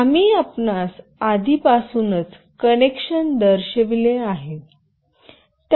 आम्ही आपणास आधीपासूनच कनेक्शन दर्शविले आहे